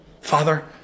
Father